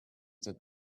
that